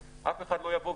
מיליארד.